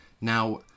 Now